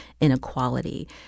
inequality